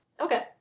Okay